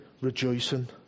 rejoicing